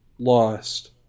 lost